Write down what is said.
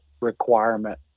requirement